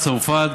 צרפת,